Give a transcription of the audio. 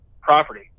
property